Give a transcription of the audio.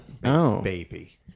baby